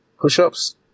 Push-ups